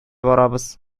барабыз